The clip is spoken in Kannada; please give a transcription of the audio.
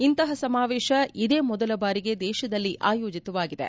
ಇಂತಹ ಸಮಾವೇಶ ಇದೇ ಮೊದಲ ಬಾರಿಗೆ ದೇಶದಲ್ಲಿ ಆಯೋಜಿತವಾಗಿದೆ